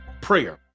prayer